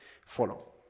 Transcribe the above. Follow